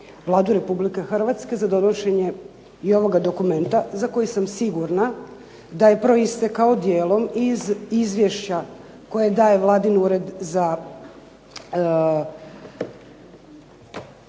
Vladu Republike Hrvatske za donošenje i ovoga dokumenta za koji sam sigurna da je proistekao dijelom iz Izvješća koje daje vladin Ured za